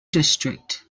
district